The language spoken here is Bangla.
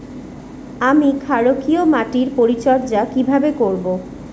আমি ক্ষারকীয় মাটির পরিচর্যা কিভাবে করব?